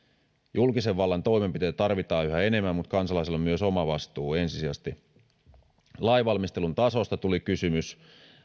julkisen vallan toimenpiteitä tarvitaan yhä enemmän mutta kansalaisilla on myös oma vastuu ensisijaisesti lainvalmistelun tasosta tuli kysymys